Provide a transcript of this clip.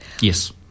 Yes